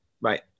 Right